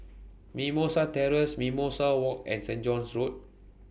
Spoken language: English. Mimosa Terrace Mimosa Walk and Saint John's Road